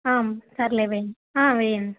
సర్లే వేయండి వేయండి